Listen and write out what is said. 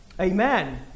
Amen